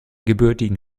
gebürtigen